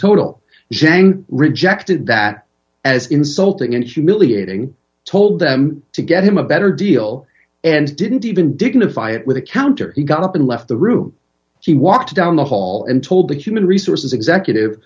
total jank rejected that as insulting and humiliating told them to get him a better deal and didn't even dignify it with a counter he got up and left the room he walked down the hall and told a human resources executive